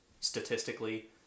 statistically